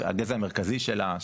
הגזע המרכזי שלה,